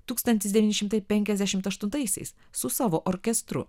tūkstantis devyni šimtai penkiasdešimt aštuntaisiais su savo orkestru